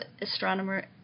astronomer